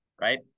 right